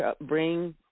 bring